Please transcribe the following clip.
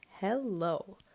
Hello